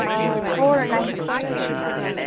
four ninety six ma'am